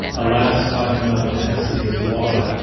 alas i have no panaceas to offer.